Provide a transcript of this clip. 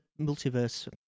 multiverse